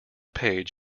page